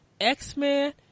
X-Men